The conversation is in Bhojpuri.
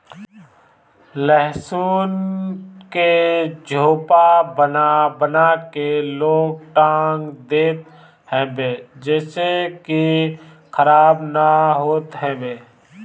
लहसुन के झोपा बना बना के लोग टांग देत हवे जेसे इ खराब ना होत हवे